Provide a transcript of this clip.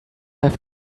have